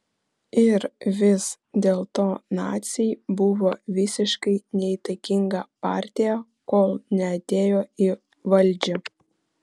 ir vis dėlto naciai buvo visiškai neįtakinga partija kol neatėjo į valdžią